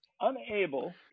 unable